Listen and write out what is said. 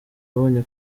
abonye